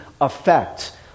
effect